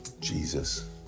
jesus